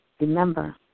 Remember